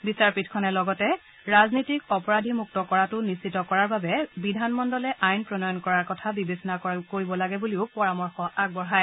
বিচাৰপীঠখনে লগতে ৰাজনীতিক অপৰাধীমুক্ত কৰাটো নিশ্চিত কৰাৰ বাবে বিধান মণ্ডলে আইন প্ৰণয়ন কৰাৰ কথা বিবেচনা কৰিব লাগে বুলিও পৰামৰ্শ আগবঢ়ায়